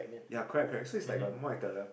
ya correct correct so it's like a more like a